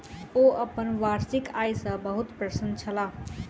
ओ अपन वार्षिक आय सॅ बहुत प्रसन्न छलाह